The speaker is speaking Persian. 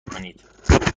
کنید